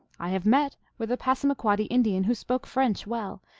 i have met with a passamaquoddy indian who spoke french well,